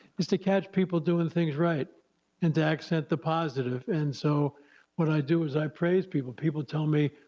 is to catch people doing things right and to accent the positive and so what i do is i praise people. people tell me,